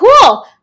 Cool